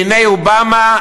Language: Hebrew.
בעיני אובמה,